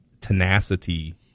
tenacity